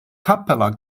capella